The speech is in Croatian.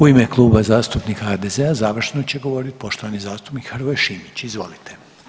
U ime Kluba zastupnika HDZ-a završno će govoriti poštovani zastupnik Hrvoje Šimić, izvolite.